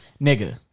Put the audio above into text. Nigga